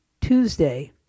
Tuesday